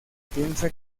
piensa